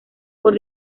por